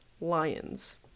lions